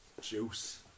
Juice